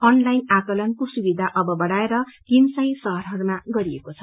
online आकेलनको सुविधा अब बढ़ाएर तीन सय शहरहरूमा गरिएको छ